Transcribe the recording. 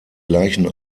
gleichen